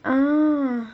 ah